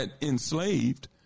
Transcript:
enslaved